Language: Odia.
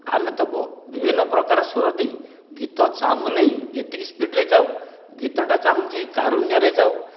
ଆମେ ତାକୁ ବିଭିନ୍ନ ପ୍ରକାର ସ୍ଵର ଦେଇ ଗୀତ ଚାଁହୁନି ଏତିକି ସ୍ପିଡ଼ରେ ଯାଉ ଗୀତଟା ଚାହୁଁଛି କାରୁନ୍ଵରେ ଯାଉ